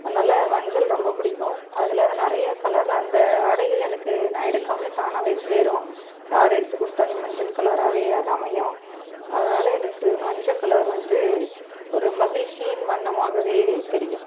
அதனால் மஞ்சள் ரொம்ப பிடிக்கும் அதில் நிறைய கலர் அந்த ஆடைகள் எனக்கு நான் எடுக்காமலே தானாகவே சேரும் யார் எடுத்து கொடுத்திலியும் மஞ்சள் கலராகவே அது அமையும் அதனால் எனக்கு மஞ்சள் கலர் வந்து ஒரு மகிழ்ச்சியின் வண்ணமாகவே தெரியும்